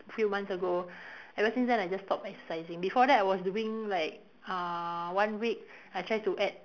few months ago ever since then I just stop exercising before that I was doing like uh one week I try to add